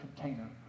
container